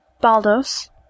Baldos